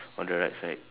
on the right side